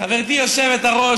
חברתי היושבת-ראש,